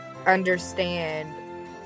Understand